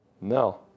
No